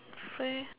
free